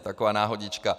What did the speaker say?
Taková náhodička.